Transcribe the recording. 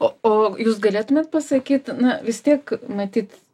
o jūs galėtumėte pasakyt na vis tiek matyt